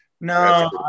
No